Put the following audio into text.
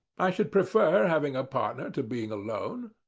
i should prefer having a partner to being alone.